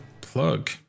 plug